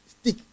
stick